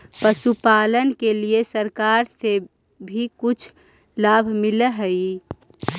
पशुपालन के लिए सरकार से भी कुछ लाभ मिलै हई?